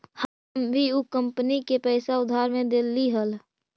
हम भी ऊ कंपनी के पैसा उधार में देली हल